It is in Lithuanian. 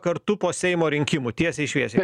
kartu po seimo rinkimų tiesiai šviesiai